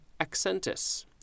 accentus